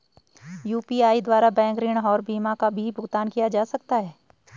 UPI द्वारा bank ऋण और बीमा का भी भुगतान किया जा सकता है?